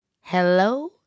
Hello